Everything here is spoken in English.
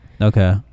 okay